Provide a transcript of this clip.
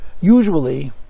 Usually